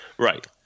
Right